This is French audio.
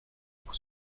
pour